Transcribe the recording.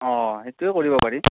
অ সেইটোৱে কৰিব পাৰি